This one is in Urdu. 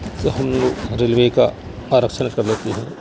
تو ہم لوگ ریلوے کا آرکشن کر لیتے ہیں